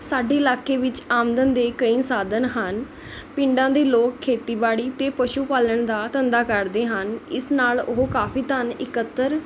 ਸਾਡੇ ਇਲਾਕੇ ਵਿੱਚ ਆਮਦਨ ਦੇ ਕਈ ਸਾਧਨ ਹਨ ਪਿੰਡਾਂ ਦੇ ਲੋਕ ਖੇਤੀਬਾੜੀ ਅਤੇ ਪਸ਼ੂ ਪਾਲਣ ਦਾ ਧੰਦਾ ਕਰਦੇ ਹਨ ਇਸ ਨਾਲ਼ ਉਹ ਕਾਫ਼ੀ ਧੰਨ ਇਕੱਤਰ